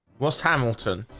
what's hamilton